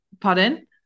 Pardon